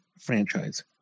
franchise